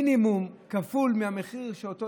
במינימום כפול מהקנייה שאתה קונה.